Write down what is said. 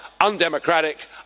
undemocratic